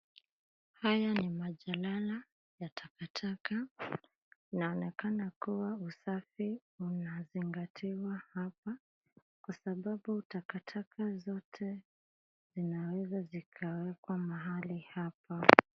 Haya ni majalala, ya taka taka, inaonekana kuwa usafi unazingatiwa hapa, kwa sababu taka taka zote, zinaweza zikawekwa mahali hapa.